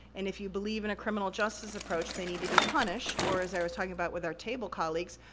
and if you believe in a criminal justice approach they need to be punished, or as i was talking about with our table colleagues,